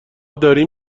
داریم